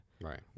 Right